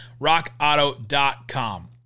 rockauto.com